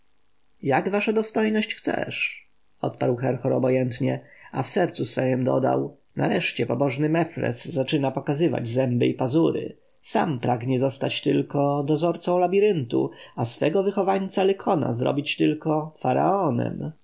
jak wasza dostojność chcesz odparł herhor obojętnie a w sercu swem dodał nareszcie pobożny mefres zaczyna pokazywać zęby i pazury sam pragnie zostać tylko dozorcą labiryntu a swego wychowańca lykona zrobić tylko faraonem